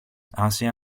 asia